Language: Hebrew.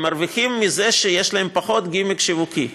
הם מרוויחים מזה שיש להם פחות גימיק שיווקי,